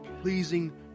pleasing